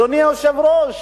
אדוני היושב-ראש,